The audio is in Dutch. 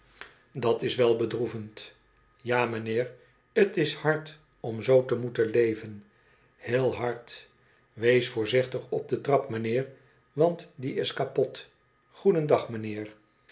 dat is wel bedroevend ja mijnheer t is hard om zoo te moeten levenj heel hard wees voorzichtig op de tiap mijnheer want die is kapot goedendag mijnheer